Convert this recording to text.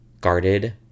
guarded